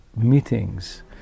meetings